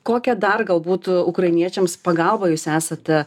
kokią dar galbūt ukrainiečiams pagalbą jūs esate